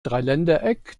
dreiländereck